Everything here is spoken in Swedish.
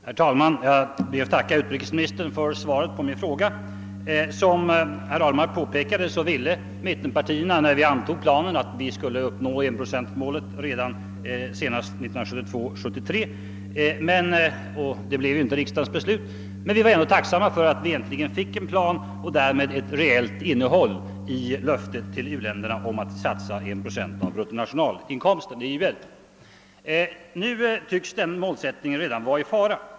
Herr talman! Jag ber att få tacka utrikesministern för svaret på min fråga. Såsom herr Ahlmark påpekat ville mittenpartierna när planen antogs att 1-procentmålet skulle uppnås redan senast budgetåret 1972/73. Det blev nu inte riksdagens beslut. Men vi var ändå tacksamma för att vi äntligen fick en plan och därmed ett reellt innehåll i löftet till u-länderna att satsa 1 procent av vår bruttonationalinkomst. Nu tycks den målsättningen redan vara i fara.